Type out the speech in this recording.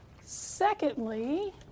Secondly